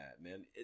man